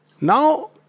Now